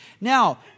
Now